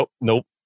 nope